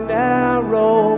narrow